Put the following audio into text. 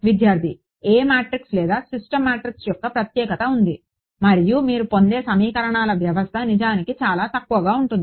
A matrix లేదా system matrix యొక్క ప్రత్యేకత ఉంది మరియు మీరు పొందే సమీకరణాల వ్యవస్థ నిజానికి చాలా తక్కువగా ఉంటుంది